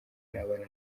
n’abana